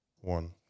one